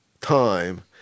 time